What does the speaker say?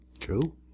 Cool